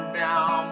down